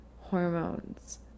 hormones